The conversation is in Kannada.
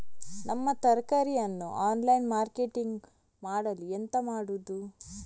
ನಮ್ಮ ತರಕಾರಿಯನ್ನು ಆನ್ಲೈನ್ ಮಾರ್ಕೆಟಿಂಗ್ ಮಾಡಲು ಎಂತ ಮಾಡುದು?